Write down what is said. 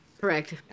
Correct